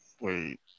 wait